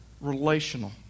relational